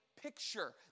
picture